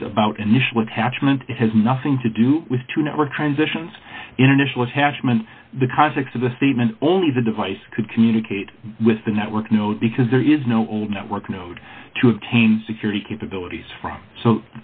that is about initial attachment it has nothing to do with two network transitions in initial attachment the context of the statement only the device could communicate with the network no because there is no old network node to obtain security capabilities from so